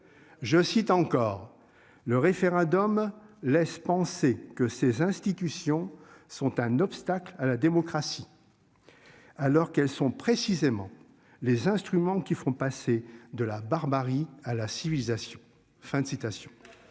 Je cite encore le référendum laisse penser que ces institutions sont un obstacle à la démocratie. Alors quelles sont précisément les instruments qui font passer de la barbarie à la civilisation,